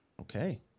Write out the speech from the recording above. Okay